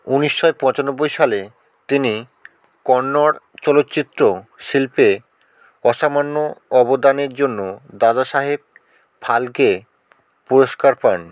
উনিশশো পঁচানব্বই সালে তিনি কন্নড় চলচ্চিত্র শিল্পে অসামান্য অবদানের জন্য দাদাসাহেব ফালকে পুরস্কার পান